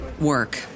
work